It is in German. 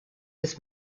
des